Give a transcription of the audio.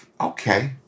okay